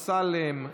דוד אמסלם,